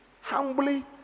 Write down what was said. Humbly